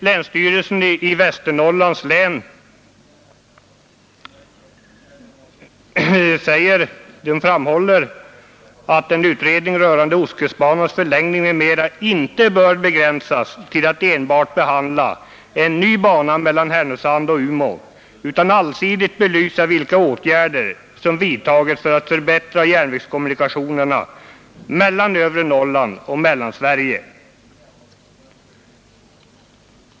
Länsstyrelsen i Västernorrlands län framhåller att en utredning rörande ostkustbanans förlängning m.m. inte bör begränsas till att enbart behandla en ny bana mellan Härnösand och Umeå utan allsidigt söka belysa vilka åtgärder som bör vidtagas för att förbättra järnvägskommunikationerna mellan övre Norrland och Mellansverige.